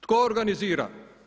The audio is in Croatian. Tko organizira?